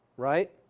Right